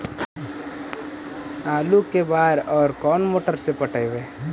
आलू के बार और कोन मोटर से पटइबै?